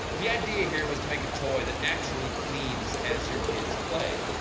the idea here was to make a toy that actually cleans as your kids play.